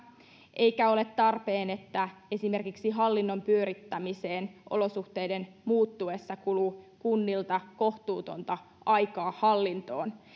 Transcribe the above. eikä ole tarpeen että esimerkiksi hallinnon pyörittämiseen olosuhteiden muuttuessa kuluu kunnilta kohtuuttomasti aikaa